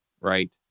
right